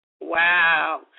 Wow